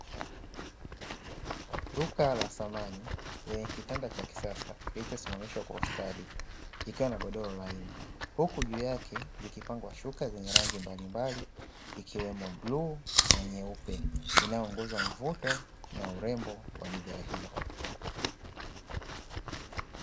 Duka la samani lenye kitanda cha kisasa kilichosimamishwa kwa ustadi kikiwa na godoro laini, huku juu yake zikipangwa shuka zenye rangi mbalimbali ikiwemo bluu na nyeupe inayoongeza mvuto na urembo kwa bidhaa hiyo.